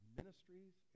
ministries